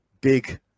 big